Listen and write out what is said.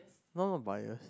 no not bias